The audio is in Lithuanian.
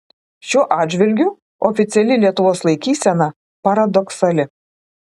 šiuo atžvilgiu oficiali lietuvos laikysena paradoksali